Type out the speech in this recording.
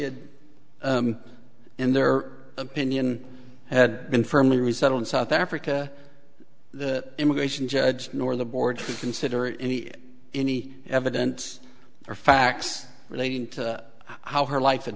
did in their opinion had been firmly resettle in south africa the immigration judge nor the board to consider any any evidence or facts relating to how her life ha